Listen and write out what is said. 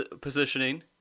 positioning